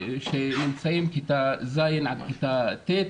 שנמצאים בכיתה ז'-ט'.